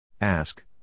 Ask